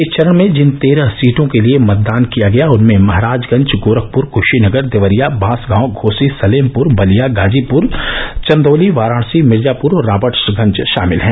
इस चरण में जिन तेरह सीटों के लिये मतदान किया गया उनमें महराजगंज गोरखपुर कृषीनगर देवरिया बांसगांव घोसी सलेमपुर बलिया गाजीपुर चन्दौली वाराणसी मिर्जापुर और राबर्ट्सगंज षामिल हैं